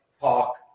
talk